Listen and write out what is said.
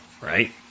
right